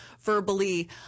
verbally